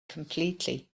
completely